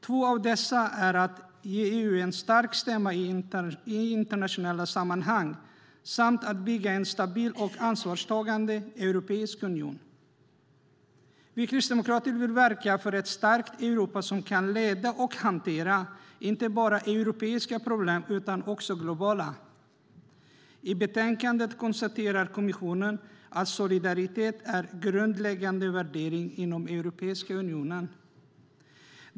Två av dessa handlar om att ge EU en stark stämma i internationella sammanhang samt om att bygga en stabil och ansvarstagande europeisk union. Vi kristdemokrater vill verka för ett starkt Europa som kan leda och hantera inte bara europeiska problem utan också globala problem. I utlåtandet konstaterar kommissionen att solidaritet är en grundläggande värdering inom Europeiska unionen.